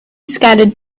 scattered